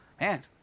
man